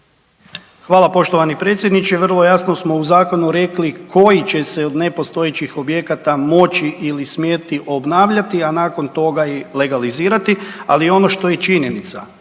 Hvala poštovani predsjedniče. Vrlo jasno smo u zakonu rekli koji će se od nepostojećih objekata moći ili smjeti obnavljati, a nakon toga i legalizirati. Ali ono što je činjenica,